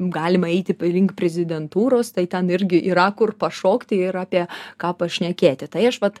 galima eiti link prezidentūros tai ten irgi yra kur pašokti ir apie ką pašnekėti tai aš vat